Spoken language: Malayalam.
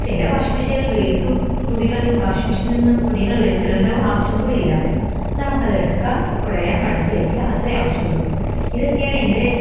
ചില വാഷിങ് മെഷ്യനിൽ വെയിലത്തു തുണികൾ വാഷിങ് മെഷിനിൽ നിന്നും തുണികൾ വെയിലത്തിടണ്ട ആവശ്യം കൂടിയില്ല നമുക്കതെടുക്കാം കുടയാം മടക്കി വെയ്ക്കാം അത്രയെ ആവശ്യമുള്ളു ഇതക്കെയാണെൻ്റെ